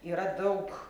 yra daug